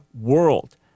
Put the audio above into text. world